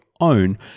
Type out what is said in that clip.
own